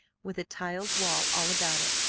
with a tiled wall all about it,